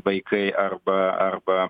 vaikai arba arba